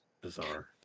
bizarre